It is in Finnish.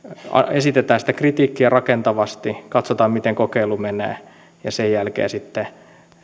esitetään sitä kritiikkiä rakentavasti katsotaan miten kokeilu menee ja sen jälkeen sitten